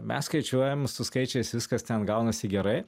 mes skaičiuojam su skaičiais viskas ten gaunasi gerai